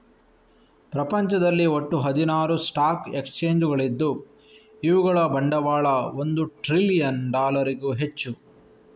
ಪ್ರಪಂಚದಲ್ಲಿ ಒಟ್ಟು ಹದಿನಾರು ಸ್ಟಾಕ್ ಎಕ್ಸ್ಚೇಂಜುಗಳಿದ್ದು ಇವುಗಳ ಬಂಡವಾಳ ಒಂದು ಟ್ರಿಲಿಯನ್ ಡಾಲರಿಗೂ ಹೆಚ್ಚು